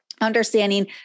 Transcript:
Understanding